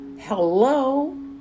hello